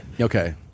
Okay